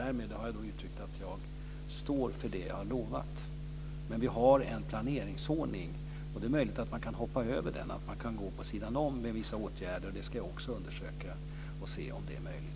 Därmed har jag uttryckt att jag står för det som jag har lovat. Men vi har en planeringsordning. Det är möjligt att man kan hoppa över den och att man kan gå på sidan om med vissa åtgärder. Det ska jag också undersöka om det är möjligt.